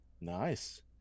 nice